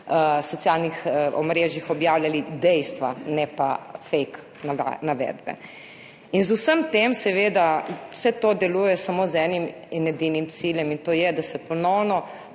na socialnih omrežjih objavljali dejstva, ne pa fake navedbe. In vse to seveda delate samo z enim in edinim ciljem, in to je, da se ponovno